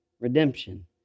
redemption